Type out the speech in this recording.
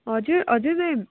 हजुर हजुर म्याम